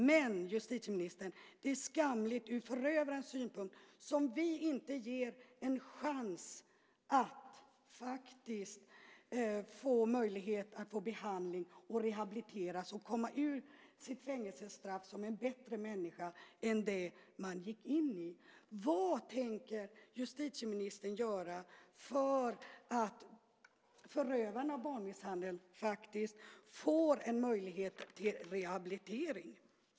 Men, justitieministern, det är skamligt också ur förövarens synpunkt. Vi ger inte förövaren en chans och en möjlighet till behandling och rehabilitering och till att komma ur sitt fängelsestraff som en bättre människa än den man var när man gick in i det. Vad tänker justitieministern göra för att förövarna av barnmisshandel ska få en möjlighet till rehabilitering?